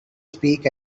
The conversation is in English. speak